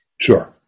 sure